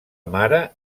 mare